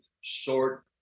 short